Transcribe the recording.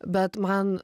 bet man